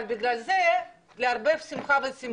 אבל בגלל זה לערבב שמחה בשמחה.